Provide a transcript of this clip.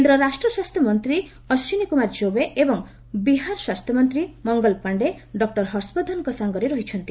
କେନ୍ଦ୍ର ରାଷ୍ଟ୍ର ସ୍ୱାସ୍ଥ୍ୟମନ୍ତ୍ରୀ ଅଶ୍ୱିନୀ କୁମାର ଚୌବେ ଏବଂ ବିହାର ସ୍ୱାସ୍ଥ୍ୟମନ୍ତ୍ରୀ ମଙ୍ଗଳ ପାଣ୍ଡେ ଡକ୍ଟର ହର୍ଷବର୍ଦ୍ଧନଙ୍କ ସାଙ୍ଗରେ ରହିଛନ୍ତି